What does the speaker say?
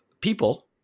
people